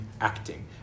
acting